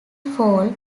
fall